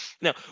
Now